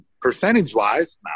Percentage-wise